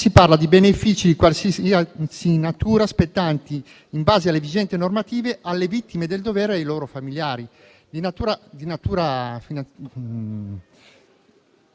si parla di benefici, di qualsiasi natura, spettanti in base alla vigente normativa alle Vittime del dovere nonché ai familiari; si parla